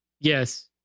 Yes